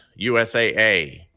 USAA